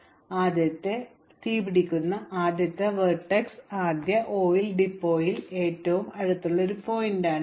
അതിനാൽ ആദ്യത്തെ ശീർഷകത്തിന് ശേഷം തീ പിടിക്കുന്ന ആദ്യത്തെ വെർട്ടെക്സ് ആദ്യത്തെ ഓയിൽ ഡിപ്പോ 1 ന് ഏറ്റവും അടുത്തുള്ള ഒരു ശീർഷകമാണ്